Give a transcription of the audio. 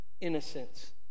innocence